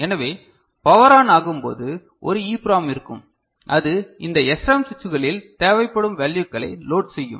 எனவே power on ஆகும்போது ஒரு EPROM இருக்கும் அது இந்த SRAM சுவிட்சுகளில் தேவையான வேல்யுக்களை லோட் செய்யும்